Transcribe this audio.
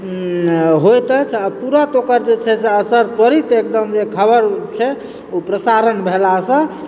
होइत अछि आ तुरत ओकर जे छै से असर त्वरित एकदम जे खबर छै ओ प्रसारण भेलासँ